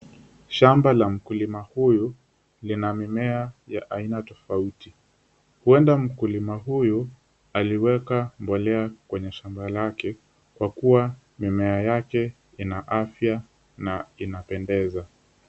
Shamba pa mkulima huyu lina mimiea tofauti hurnda mkulima huyu alikeka mbolea kwenye shamaba lake kwa kuwa mimea yake ina afya na inapendeza.